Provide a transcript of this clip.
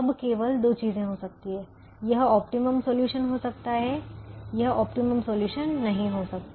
अब केवल दो चीजें हो सकती हैं यह ऑप्टिमम सॉल्यूशन मतलब इष्टतम समाधान हो सकता है यह ऑप्टिमम सॉल्यूशन नहीं हो सकता